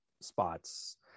spots